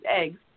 eggs